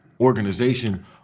organization